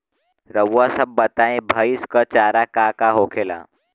रउआ सभ बताई भईस क चारा का का होखेला?